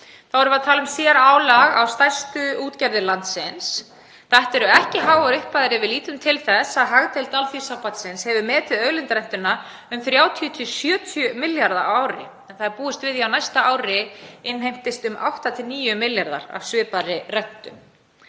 Þá erum við að tala um sérálag á stærstu útgerðir landsins. Þetta eru ekki háar upphæðir ef við lítum til þess að hagdeild Alþýðusambandsins hefur metið auðlindarentuna um 30–70 milljarða á ári. Það er búist við því að á næsta ári innheimtist um 8–9 milljarðar af svipaðri rentu.